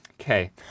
Okay